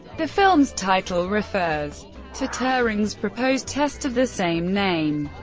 the film's title refers to turing's proposed test of the same name,